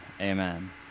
Amen